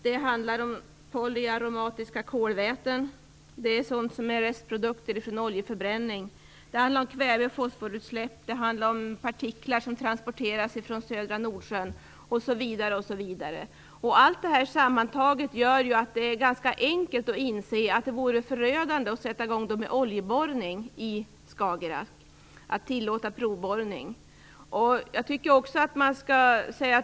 Det handlar om polyaromatiska kolväten - det är restprodukter från oljeförbränning - kväve och fosforutsläpp, och det handlar om partiklar som transporteras från södra Nordsjön osv. Allt det här sammantaget gör det ganska enkelt att inse att det vore förödande att sätta i gång med oljeborrning i Skagerrak och tillåta provborrning.